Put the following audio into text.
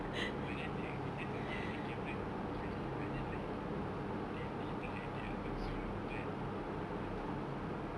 but then like they just joget at the camera individually but then like they did like their own solo part then there